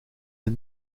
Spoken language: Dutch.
een